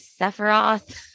Sephiroth